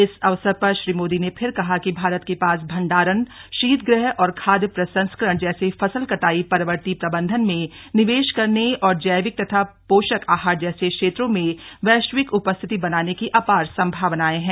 इस अवसर पर श्री मोदी ने फिर कहा कि भारत के पास भंडारण शीत गृह और खाद्य प्रसंस्करण जैसे फसल कटाई परवर्ती प्रबंधन में निवेश करने और जैविक तथा पोषक आहार जैसे क्षेत्रों में वैश्विक उपस्थिति बनाने की अपार संभावनाएं हैं